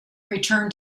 return